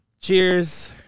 Cheers